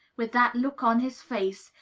with that look on his face,